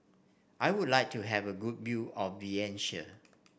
I would like to have a good view of Vientiane